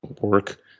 work